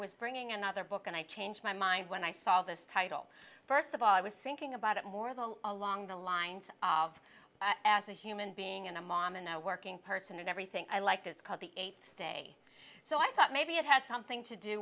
was bringing another book and i changed my mind when i saw this title first of all i was thinking about it more though along the lines of as a human being and a mom and now working person everything i liked it's called the eighth day so i thought maybe it had something to do